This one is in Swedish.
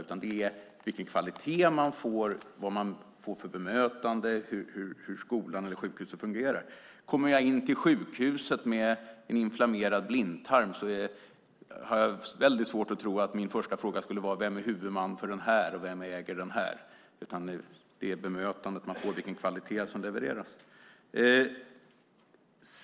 Det viktiga är vilken kvalitet man får, vilket bemötande man får och hur skolan eller sjukhuset fungerar. Kommer jag in till sjukhuset med en inflammerad blindtarm har jag mycket svårt att tro att min första fråga skulle vara: Vem är huvudman för detta sjukhus, och vem äger det? Det är i stället det bemötande som man får och den kvalitet som levereras som är det viktiga.